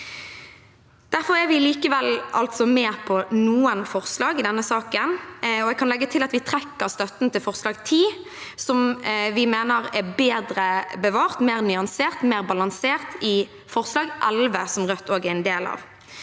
Derfor er vi likevel med på noen forslag i denne saken. Jeg kan legge til at vi trekker støtten til forslag nr. 10, som vi mener er bedre bevart, mer nyansert og mer balansert i forslag nr. 11, som Rødt også er med på.